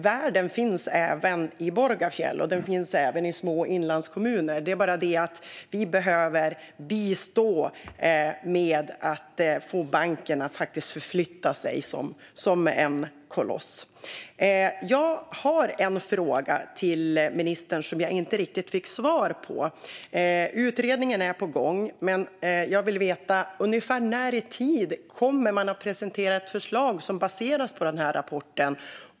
Världen finns även i Borgafjäll, och den finns även i små inlandskommuner. Det är bara det att vi behöver bistå med att få banken att förflytta sig, som den koloss den är. Jag har en fråga till ministern som jag inte riktigt fick svar på. Utredningen är på gång, men jag vill veta ungefär när i tid man kommer att presentera ett förslag som baseras på rapporten.